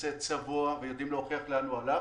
יוצא צבוע ויודעים להוכיח לאן הוא הלך.